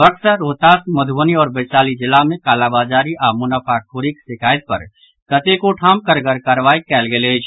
बक्सर रोहतास मधुबनी और वैशाली जिला मे कालाबाजारी आओर मुनाफाखोरीक शिकायत पर कतेको ठाम कड़गर कार्रवाई कयल गेल अछि